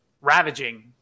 ravaging